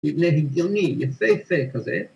מתנהגת אני, יפה, יפה כזה.